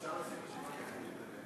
היושב-ראש, אפשר לשים רשימת דוברים?